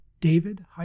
David